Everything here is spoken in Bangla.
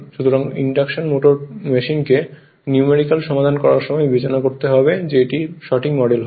সুতরাং ইন্ডাকশন মেশিনকে নিউমেরিকাল সমাধান করার সময় বিবেচনা করতে হবে যে এটি সঠিক মডেল হয়